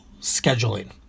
scheduling